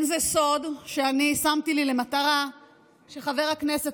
לא סוד שאני שמתי לי למטרה שחבר הכנסת